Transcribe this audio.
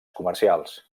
comercials